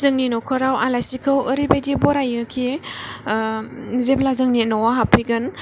जोंनि नखराव आलासिखौ ओरैबादि बरायोखि जेब्ला जोंनि न'आव हाबफैगोन